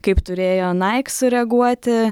kaip turėjo naik sureaguoti